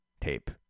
Tape